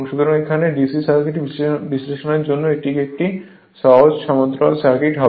সুতরাং এখানে DC circuit বিশ্লেষণের জন্য এটি একটি সহজ সমান্তরাল সার্কিট হবে